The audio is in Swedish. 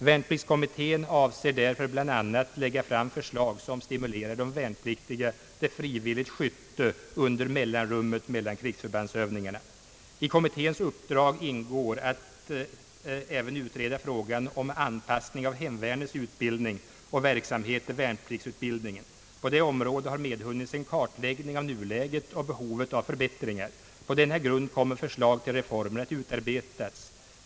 Värnpliktskommittén avser därför bl.a. lägga fram förslag som stimulerar de värnpliktiga till frivilligt skytte under mellanrummet mellan krigsförbandsövningarna. I kommitténs uppdrag ingår att även utreda frågan om anpassning av hemvärnets utbildning och verksamhet till värnpliktsutbildningen. På detta område har medhunnits en kartläggning av nuläget och behovet av förbättringar. På denna grund kommer förslag till reformer att utarbetas.